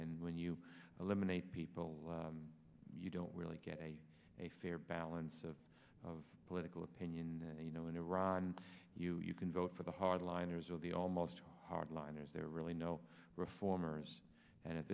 and when you eliminate people you don't really get a a fair balance of of political opinion and you know in iran you you can vote for the hardliners or the almost hardliners there are really no reformers and